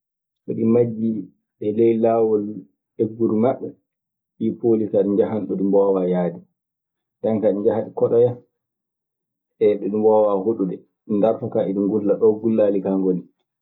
So ɗi majjii e ley laawol egguru maɓɓe, ɗii pooli kaa ɗi njahan ɗo ɗi mboowaa yaade nde kaa ɗi njahan ɗi koɗoya ɗo ɗi mboowaa hoɗude. Ndarto kaa eɗi ngulla ɗoo gullaali woni.